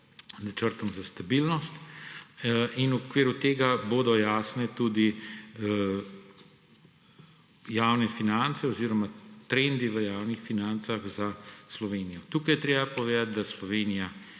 načrtom za stabilnost in v okviru tega bodo jasni tudi trendi v javnih financah za Slovenijo. Tukaj je treba povedati, da Slovenija